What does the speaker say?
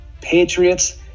Patriots